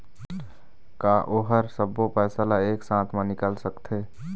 का ओ हर सब्बो पैसा ला एक साथ म निकल सकथे?